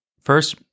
first